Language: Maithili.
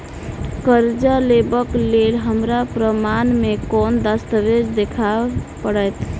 करजा लेबाक लेल हमरा प्रमाण मेँ कोन दस्तावेज देखाबऽ पड़तै?